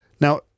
Now